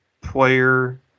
player